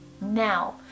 Now